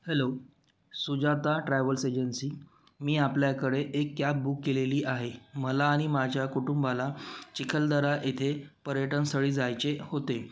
hello Sujata travels agency मी आपल्याकडे एक कॅब बुक केलेली आहे मला आणि माझ्या कुटुंबाला चिखलदरा येथे पर्यटनस्थळी जायचे होते